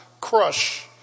Crush